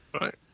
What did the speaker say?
Right